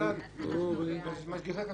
משגיחי כשרות.